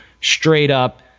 straight-up